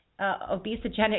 obesogenic